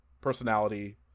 personality